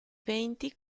venti